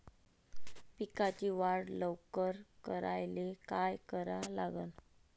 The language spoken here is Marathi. पिकाची वाढ लवकर करायले काय करा लागन?